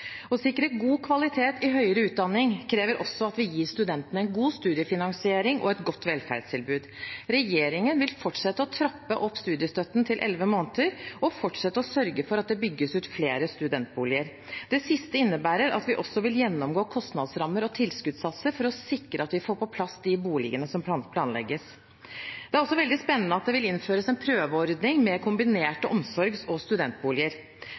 Å sikre god kvalitet i høyre utdanning krever også at vi gir studentene en god studiefinansiering og et godt velferdstilbud. Regjeringen vil fortsette å trappe opp studiestøtten til elleve måneder, og fortsette å sørge for at det bygges ut flere studentboliger. Det siste innebærer at vi også vil gjennomgå kostnadsrammer og tilskuddssatser for å sikre at vi får på plass de boligene som planlegges. Det er veldig spennende at det vil innføres en prøveordning med kombinerte omsorgs- og studentboliger.